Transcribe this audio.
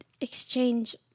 exchange